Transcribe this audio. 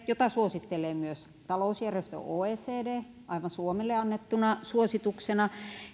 jota suosittelee myös talousjärjestö oecd aivan suomelle annettuna suosituksena